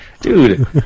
dude